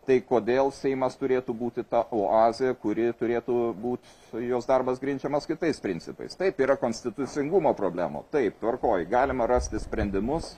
tai kodėl seimas turėtų būti ta oazė kuri turėtų būt jos darbas grindžiamas kitais principais taip yra konstitucingumo problemų taip tvarkoj galima rasti sprendimus